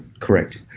correct.